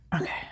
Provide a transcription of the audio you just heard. okay